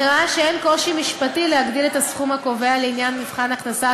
נראה שאין קושי משפטי להגדיל את הסכום הקובע לעניין מבחן הכנסת